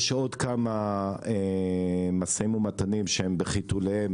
יש עוד כמה משאים ומתנים שהם בחיתוליהם